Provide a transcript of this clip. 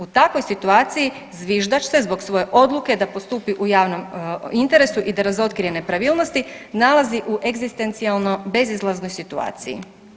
U takvoj situaciji zviždač se zbog svoje odluke da postupi u javnom interesu i da razotkrije nepravilnosti nalazi u egzistencijalno bezizlaznoj situaciji.